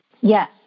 Yes